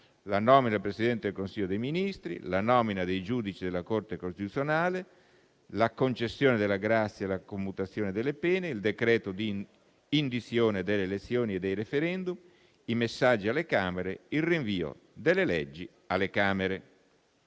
la nomina del Presidente del Consiglio dei ministri, la nomina dei giudici della Corte costituzionale, la concessione della grazia, la commutazione delle pene, il decreto di indizione delle elezioni e dei *referendum*, i messaggi alle Camere, il rinvio delle leggi alle Camere.